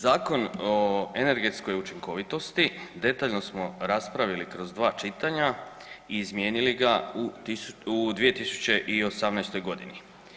Zakon o energetskoj učinkovitosti detaljno smo raspravili kroz dva čitanja i izmijenili ga u 2018. godini.